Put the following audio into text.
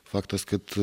faktas kad